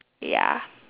ya